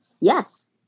yes